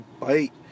bite